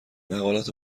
مقالات